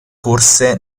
corse